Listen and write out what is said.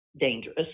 dangerous